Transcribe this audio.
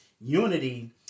unity